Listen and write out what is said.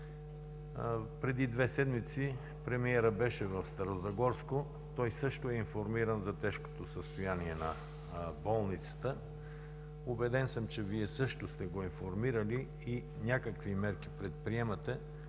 Преди две седмици премиерът беше в Старозагорско, той също е информиран за тежкото състояние на болницата. Убеден съм, че Вие също сте го информирали и предприемате